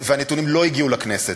והנתונים לא הגיעו לכנסת.